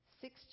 Six